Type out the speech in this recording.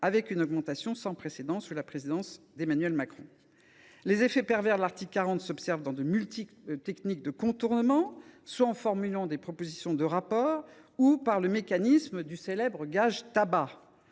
avec une augmentation sans précédent sous la présidence d’Emmanuel Macron. Les effets pervers de l’article 40 s’observent dans de multiples techniques de contournement, par la formulation de propositions de rapport ou par le mécanisme du célèbre « gage tabac